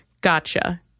gotcha